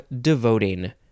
devoting